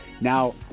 Now